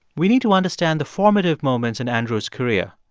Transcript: we need to understand the formative moments in andrew's career.